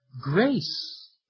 grace